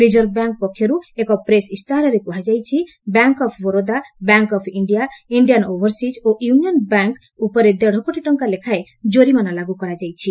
reserve bank ପକ୍ଷରୁ ଏକ press ଇସ୍ତାହାରରେ କୁହାଯାଇଛି bank of Baroda bank of India Indian overseas ଓ ୟୁନିୟନ୍ ବ୍ୟାଙ୍କ୍ ଉପରେ ଦେଢ଼କୋଟି ଟଙ୍କା ଲେଖାଏଁ କୋରିମାନ ଲାଗୁ କରାଯାଇଛି